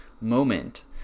moment